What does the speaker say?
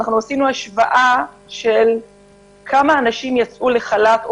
עשינו השוואה של כמה אנשים יצאו לחל"ת או